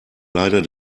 leider